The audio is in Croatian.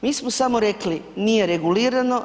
Mi smo samo rekli nije regulirano.